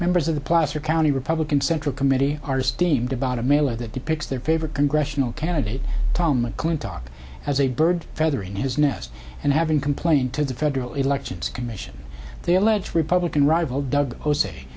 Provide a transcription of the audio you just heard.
members of the placer county republican central committee are steamed about a mailer that depicts their favorite congressional candidate tom mcclintock as a bird feathering his nest and having complained to the federal elections commission they allege republican rival doug jose